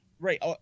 Right